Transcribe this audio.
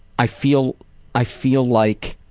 i feel i feel like